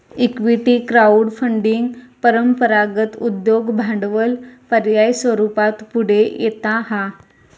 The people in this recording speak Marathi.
इक्विटी क्राउड फंडिंग परंपरागत उद्योग भांडवल पर्याय स्वरूपात पुढे येता हा